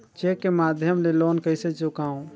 Cheque के माध्यम ले लोन कइसे चुकांव?